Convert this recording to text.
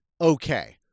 okay